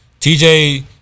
TJ